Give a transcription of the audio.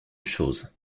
choses